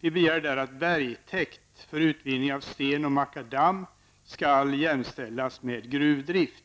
Vi begär där att bergtäkt för utvinning av sten och makadam skall jämställas med gruvdrift.